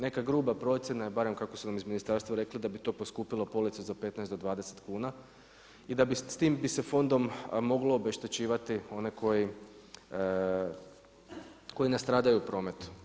Neka gruba procjena je barem kako su nam iz ministarstva rekli, da bi to poskupilo polica za 15 do 20 kuna i da bi se s tim fondom moglo obeštećivati one koji nastradaju u prometu.